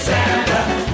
Santa